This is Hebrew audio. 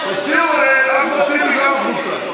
גם אחמד טיבי החוצה.